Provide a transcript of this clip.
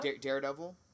Daredevil